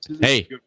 Hey